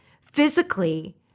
physically